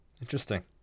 Interesting